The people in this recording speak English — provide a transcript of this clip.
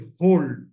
hold